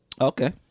Okay